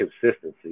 consistency